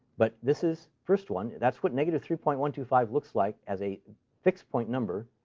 but this is first one. that's what negative three point one two five looks like as a fixed-point number,